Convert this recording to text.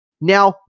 Now